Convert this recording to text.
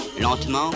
Lentement